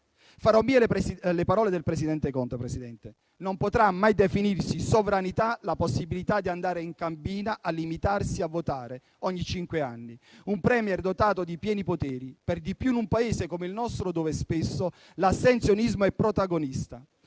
Farò mie le parole del presidente Conte: non potrà mai definirsi sovranità la possibilità di andare in cabina a limitarsi a votare ogni cinque anni un *Premier* dotato di pieni poteri, per di più in un Paese come il nostro, dove spesso l'astensionismo è protagonista;